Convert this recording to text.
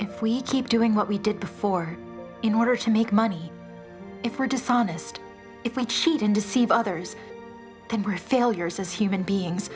if we keep doing what we did before in order to make money if we're dishonest if we cheat and deceive others then bridge failures as human beings